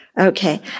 Okay